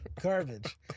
garbage